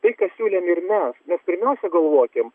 tai ką siūlėm ir mes mes pirmiausia galvokim